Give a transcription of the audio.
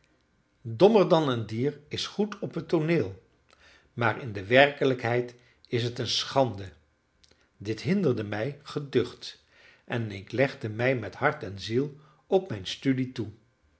dan een dier is goed op het tooneel maar in de werkelijkheid is het een schande dit hinderde mij geducht en ik legde mij met hart en ziel op mijn studie toe